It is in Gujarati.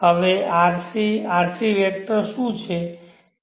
હવે rc rc વેક્ટર શું છે